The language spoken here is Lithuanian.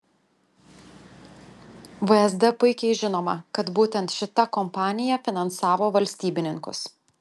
vsd puikiai žinoma kad būtent šita kompanija finansavo valstybininkus